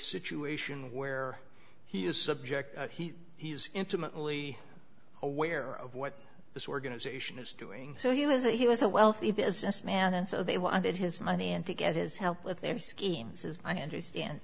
situation where he is subject he he is intimately aware of what this organization is doing so he was a he was a wealthy businessman and so they wanted his money and to get his help with their scheme this is i understand